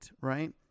right